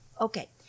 okay